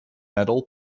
metal